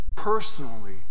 Personally